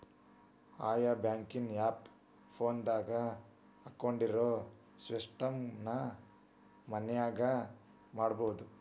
ಆಯಾ ಬ್ಯಾಂಕಿನ್ ಆಪ್ ಫೋನದಾಗ ಹಕ್ಕೊಂಡ್ರ ಸ್ಟೆಟ್ಮೆನ್ಟ್ ನ ಮನ್ಯಾಗ ನೊಡ್ಬೊದು